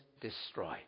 destroy